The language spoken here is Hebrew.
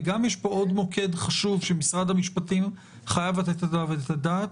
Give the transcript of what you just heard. וגם יש פה עוד מוקד חשוב שמשרד המשפטים חייב לתת עליו את הדעת,